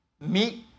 meet